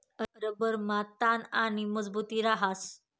रबरमा ताण आणि मजबुती रहास